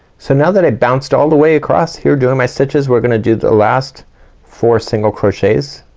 so now that i bounced all the way across here doing my stitches, we're gonna do the last four single crochets,